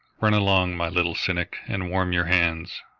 run along, my little cynic, and warm your hands.